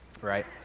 right